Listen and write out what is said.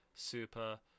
Super